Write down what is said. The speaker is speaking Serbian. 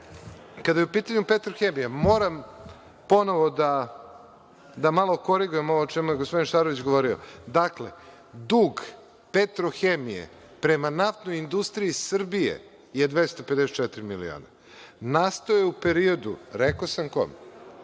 je u pitanju „Petrohemija“, moram ponovo da malo korigujem ovo o čemu je gospodin Šarović govorio. Dakle, dug „Petrohemije“ prema NIS-u je 254 miliona. Nastao je u periodu, rekao sam kom.